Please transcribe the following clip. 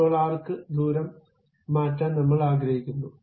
ഇപ്പോൾ ആർക്ക് ദൂരം മാറ്റാൻ നമ്മൾ ആഗ്രഹിക്കുന്നു